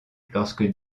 lorsque